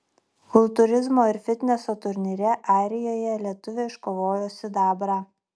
kultūrizmo ir fitneso turnyre airijoje lietuvė iškovojo sidabrą